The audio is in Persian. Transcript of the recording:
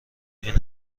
این